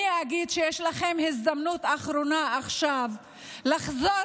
אני אגיד שיש לכם הזדמנות אחרונה עכשיו לחזור